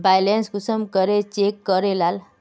Balance कुंसम check करे लाल?